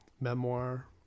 memoir